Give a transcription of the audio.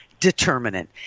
determinant